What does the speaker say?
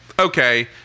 okay